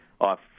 off